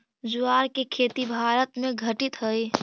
ज्वार के खेती भारत में घटित हइ